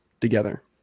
together